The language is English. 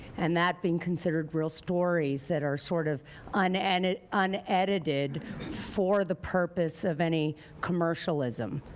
and that being considered real stories that are sort of unedited unedited for the purpose of any commercialism,